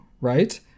Right